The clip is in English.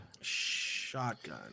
Shotgun